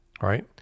right